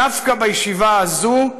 דווקא בישיבה הזאת,